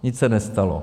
Nic se nestalo.